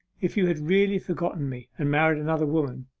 if you had really forgotten me and married another woman,